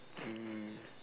mm